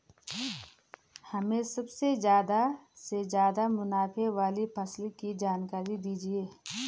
हमें सबसे ज़्यादा से ज़्यादा मुनाफे वाली फसल की जानकारी दीजिए